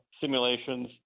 simulations